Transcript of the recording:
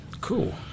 Cool